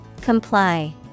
Comply